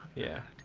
yeah,